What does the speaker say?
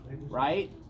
right